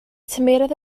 tymheredd